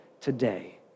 today